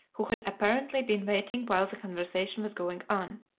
who had apparently been waiting while the conversation was going on.